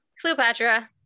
Cleopatra